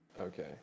Okay